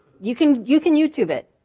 you can you can youtube it.